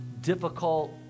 difficult